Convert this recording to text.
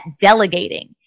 delegating